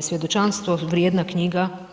svjedočanstvo, vrijedna knjiga.